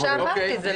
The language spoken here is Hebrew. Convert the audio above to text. זה מה שאמרתי, זה לכולם.